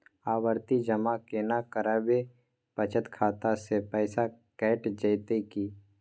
आवर्ति जमा केना करबे बचत खाता से पैसा कैट जेतै की?